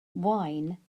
wine